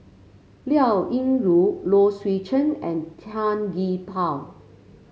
Liao Yingru Low Swee Chen and Tan Gee Paw